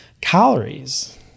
calories